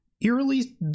eerily